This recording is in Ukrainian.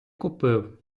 купив